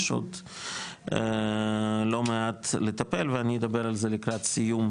יש עוד לא מעט לטפל ואני אדבר על זה לקראת סיום,